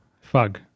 Fug